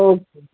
okay